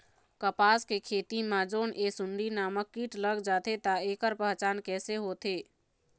कपास के खेती मा जोन ये सुंडी नामक कीट लग जाथे ता ऐकर पहचान कैसे होथे?